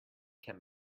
can